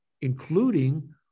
including